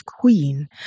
Queen